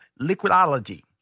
Liquidology